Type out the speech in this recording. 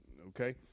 okay